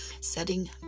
Setting